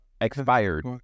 expired